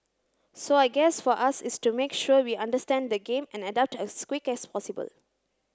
so I guess for us is to make sure we understand the game and adapt as quick as possible